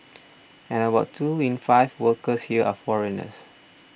and about two in five workers here are foreigners